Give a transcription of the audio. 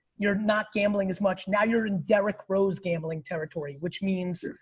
you're not gambling as much. now you're in derrick rose gambling territory which means,